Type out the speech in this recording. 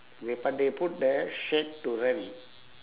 wait but they put there shack to rent